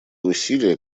усилия